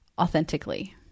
authentically